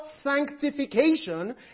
sanctification